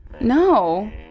no